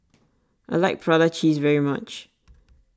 I like Prata Cheese very much